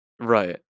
Right